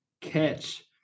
catch